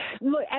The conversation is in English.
look